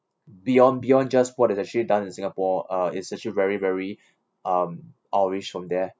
beyond beyond just what is actually done in singapore uh it's actually very very um awe-ish from there